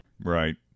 Right